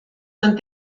son